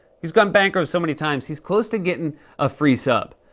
he's gone bankrupt so many times, he's close to getting a free sub.